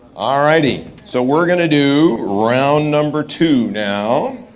all righty, so we're gonna do round number two now.